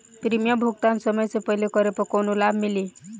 Premium भुगतान समय से पहिले करे पर कौनो लाभ मिली?